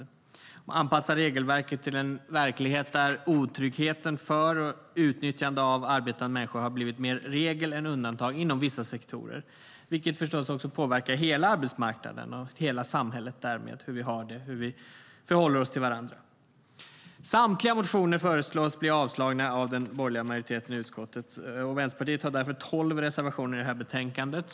Det handlar om att anpassa regelverket till en verklighet där otryggheten för och utnyttjandet av arbetande människor har blivit mer regel än undantag inom vissa sektorer, vilket förstås också påverkar hela arbetsmarknaden och därmed hela samhället - hur vi har det och hur vi förhåller oss till varandra. Den borgerliga majoriteten i utskottet föreslår avslag på samtliga motioner, och Vänsterpartiet har därför tolv reservationer i betänkandet.